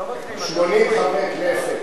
80 חברי כנסת.